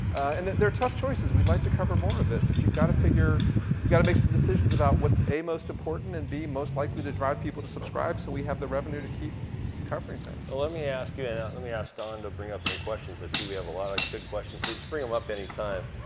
and they're tough choices. we'd like to cover more of it, but you've gotta figure you gotta make some decisions about what's, a, most important, and b, most likely to drive people to subscribe so we have the revenue to keep covering things. well let me ask you, and yeah let me ask dawn and to bring up some questions. i see we have a lot of good questions. so just bring em up anytime.